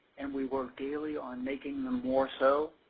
and we worked daily on making them more so.